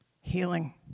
healing